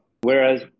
Whereas